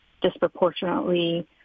disproportionately